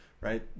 right